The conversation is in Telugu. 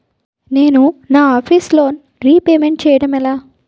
నేను నా ఆఫీస్ లోన్ రీపేమెంట్ చేయడం ఎలా?